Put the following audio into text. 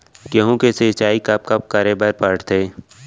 गेहूँ के सिंचाई कब कब करे बर पड़थे?